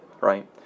right